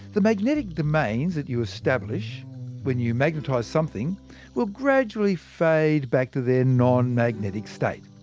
the magnetic domains that you establish when you magnetise something will gradually fade back to their non-magnetic state.